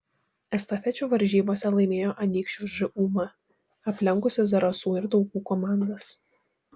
estafečių varžybose laimėjo anykščių žūm aplenkusi zarasų ir daugų komandas